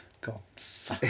Gods